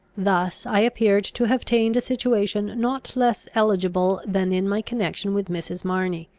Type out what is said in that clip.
thus i appeared to have attained a situation not less eligible than in my connection with mrs. marney.